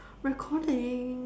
recording